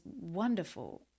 wonderful